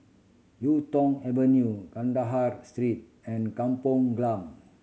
Yuk Tong Avenue Kandahar Street and Kampong Glam